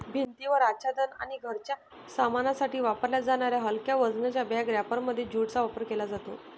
भिंतीवर आच्छादन आणि घराच्या सामानासाठी वापरल्या जाणाऱ्या हलक्या वजनाच्या बॅग रॅपरमध्ये ज्यूटचा वापर केला जातो